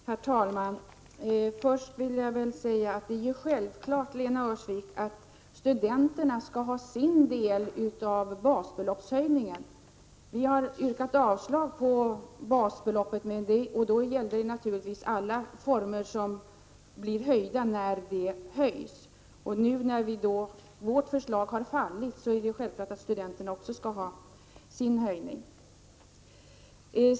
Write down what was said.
Herr talman! Först vill jag säga att det är självklart, Lena Öhrsvik, att studenterna skall få sin del av basbeloppshöjningen. Vi yrkade avslag på basbeloppshöjningen. När basbeloppet höjs gäller det naturligtvis alla stödformer. Nu när vårt förslag faller är det självklart att också studenterna skall få del av höjningen.